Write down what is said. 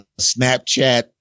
Snapchat